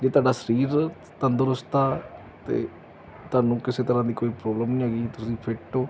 ਜੇ ਤੁਹਾਡਾ ਸਰੀਰ ਤੰਦਰੁਸਤ ਆ ਤਾਂ ਤੁਹਾਨੂੰ ਕਿਸੇ ਤਰ੍ਹਾਂ ਦੀ ਕੋਈ ਪ੍ਰੋਬਲਮ ਨਹੀਂ ਹੈਗੀ ਤੁਸੀਂ ਫਿਟ ਹੋ